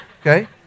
okay